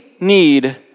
need